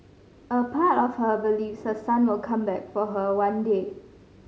a part of her believes her son will come back for her one day